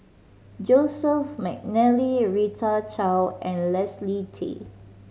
Joseph McNally Rita Chao and Leslie Tay